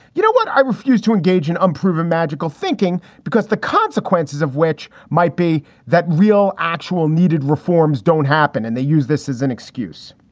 you know what? i refuse to engage in unproven magical thinking because the consequences of which might be that real, actual needed reforms don't happen. and they use this as an excuse.